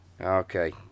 Okay